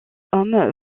hommes